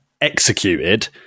executed